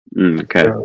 Okay